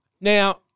Now